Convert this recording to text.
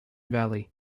valley